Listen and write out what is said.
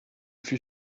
fut